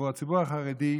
הציבור החרדי,